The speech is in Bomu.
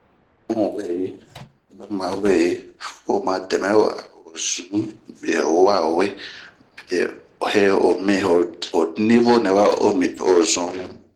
Bunh weyi, bun ma weyi, bunh ma dɛmɛ 'o ao zunh bieowa we. bie ho nivo nɛwa omi to o zun bunh.